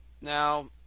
Now